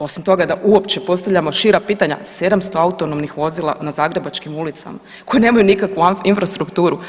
Osim toga, da uopće postavljamo šira pitanja, 700 autonomnih vozila na zagrebačkim ulicama koje nemaju nikakvu infrastrukturu?